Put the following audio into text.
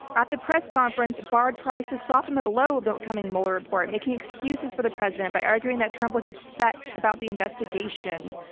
at the press conference barr tries to soften the blow of the upcoming mueller report making excuses for the president by arguing that trump was upset about the investigation.